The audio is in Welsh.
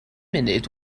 munud